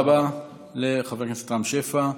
תודה רבה לחבר הכנסת רם שפע.